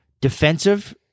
Defensive